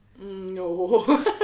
no